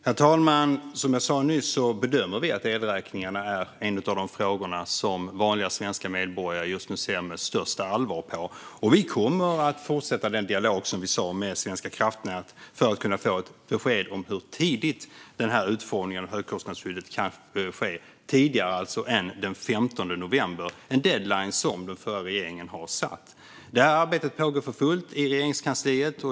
Herr talman! Som jag sa nyss bedömer vi att elräkningarna är en av de frågor som vanliga svenska medborgare just nu ser med störst allvar på. Vi kommer att fortsätta den nämnda dialogen med Svenska kraftnät för att få veta hur tidigt ett besked om utformningen av ett högkostnadsskydd kan komma, alltså tidigare än den 15 november - en deadline som den förra regeringen hade satt. Det här arbetet pågår för fullt i Regeringskansliet.